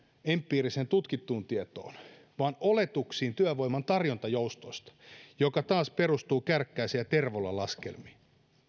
empiiriseen tutkittuun tietoon vaan oletuksiin työvoiman tarjontajoustosta jotka taas perustuvat kärkkäisen ja tervolan laskelmiin